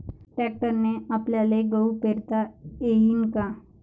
ट्रॅक्टरने आपल्याले गहू पेरता येईन का?